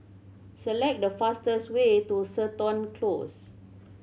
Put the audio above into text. select the fastest way to Seton Close